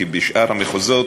כי בשאר המחוזות